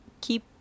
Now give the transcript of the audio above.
keep